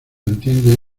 entiende